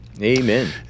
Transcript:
Amen